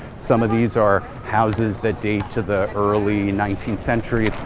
some of these are houses that date to the early nineteenth century.